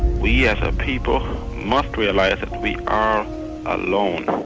we as a people must realize that we are alone.